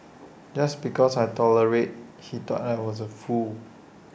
just because I tolerated he thought I was A fool